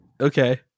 okay